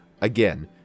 again